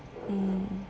mm